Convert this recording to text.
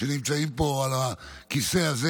שנמצאים פה על הכיסא הזה.